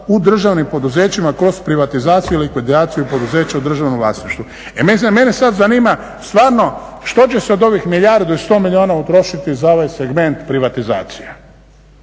u državnim poduzećima kroz privatizaciju i likvidaciju poduzeća u državnom vlasništvu. Mene sad zanima stvarno što će se od ovih milijardu i 100 milijuna utrošiti za ovaj segment privatizacije.